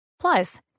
Plus